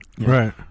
right